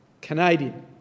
Canadian